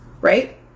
Right